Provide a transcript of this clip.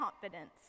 confidence